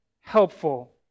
helpful